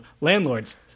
Landlords